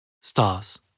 stars